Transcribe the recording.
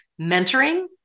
mentoring